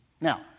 Now